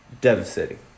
devastating